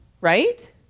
right